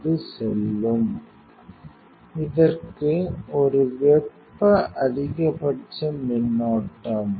அது செல்லும் இதற்கு ஒரு வெப்ப அதிகபட்ச மின்னோட்டம்